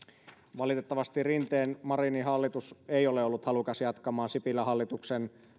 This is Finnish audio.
valitettavasti rinteen marinin hallitus ei ole ollut halukas jatkamaan sipilän hallituksen